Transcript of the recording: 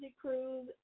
Cruise